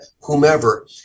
whomever